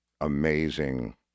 amazing